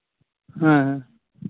ᱦᱮᱸ ᱦᱮᱸ